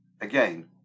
Again